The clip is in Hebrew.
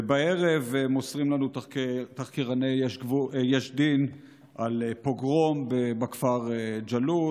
ובערב מוסרים לנו תחקירני יש דין על פוגרום בכפר ג'אלוד,